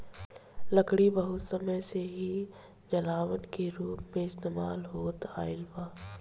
लकड़ी बहुत समय से ही जलावन के रूप में इस्तेमाल होत आईल बा